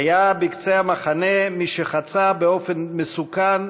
היה בקצה המחנה מי שחצה באופן מסוכן